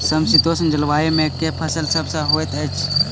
समशीतोष्ण जलवायु मे केँ फसल सब होइत अछि?